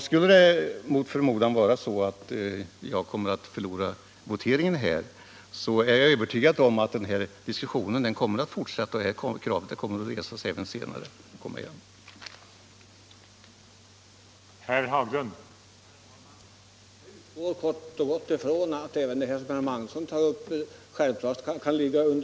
Skulle jag mot förmodan förlora voteringen i det här ärendet, så är jag övertygad om att diskussionen kommer att fortsätta och att kravet på förstatligande av bevakningsföretagen kommer att resas på nytt.